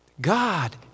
God